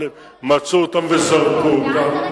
אבל הם מצאו אותם וזרקו אותם.